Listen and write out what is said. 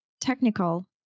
technical